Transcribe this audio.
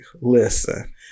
listen